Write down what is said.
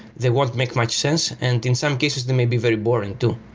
they wouldn't make much sense, and in some cases they may be very boring too.